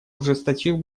ужесточил